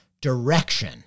direction